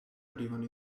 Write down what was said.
arrivano